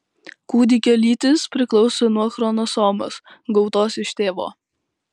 kūdikio lytis priklauso nuo chromosomos gautos iš tėvo